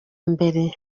mbere